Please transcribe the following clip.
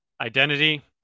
identity